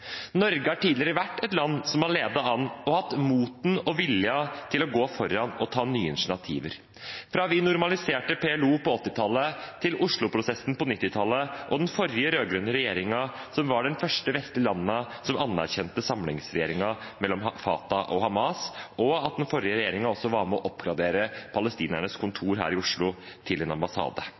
Norge har tidligere vært et land som har ledet an og hatt motet og viljen til å gå foran og ta nye initiativer – fra vi normaliserte forholdet til PLO på 1980-tallet til Oslo-prosessen på 1990-tallet og den forrige rød-grønne regjeringen, da Norge som det første vestlige landet anerkjente samlingsregjeringen mellom Fatah og Hamas, og den forrige regjeringen også var med på å oppgradere palestinernes kontor her i Oslo til en ambassade.